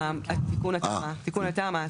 התיקון לתמ"א.